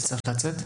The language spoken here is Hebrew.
תודה רבה.